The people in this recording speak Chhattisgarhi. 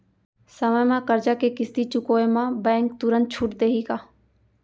समय म करजा के किस्ती चुकोय म बैंक तुरंत छूट देहि का?